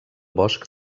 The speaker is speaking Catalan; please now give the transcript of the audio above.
bosc